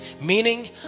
Meaning